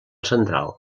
central